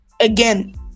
again